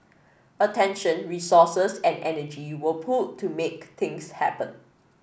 attention resources and energy were pooled to make things happen